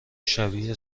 شبیه